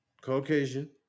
Caucasian